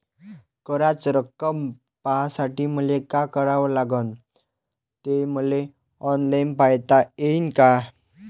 कराच रक्कम पाहासाठी मले का करावं लागन, ते मले ऑनलाईन पायता येईन का?